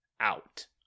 out